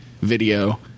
video